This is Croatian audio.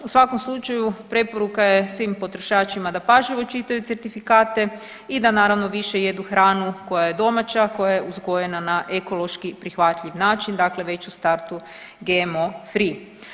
U svakom slučaju preporuka je svim potrošačima da pažljivo čitaju certifikate i da naravno više jedu hranu koja je domaća i koja je uzgojena na ekološki prihvatljiv način, dakle već u startu GMO free.